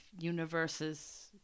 universes